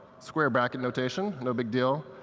square bracket notation, no big deal.